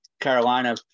Carolina